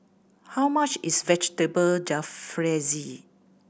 how much is Vegetable Jalfrezi